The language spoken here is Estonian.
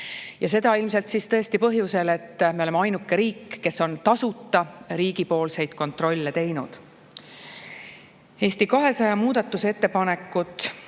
Seda ilmselt põhjusel, et me oleme ainuke riik, kes on tasuta riigipoolseid kontrolle teinud. Eesti 200 muudatusettepanekud